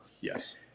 Yes